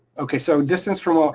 okay. so distance from well.